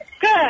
Good